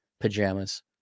pajamas